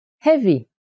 Heavy